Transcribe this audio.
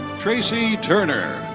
traci turner.